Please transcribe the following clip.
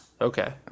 Okay